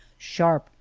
sharp,